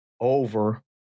over –